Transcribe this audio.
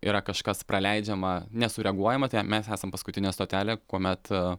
yra kažkas praleidžiama nesureaguojama tai mes esam paskutinė stotelė kuomet